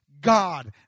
God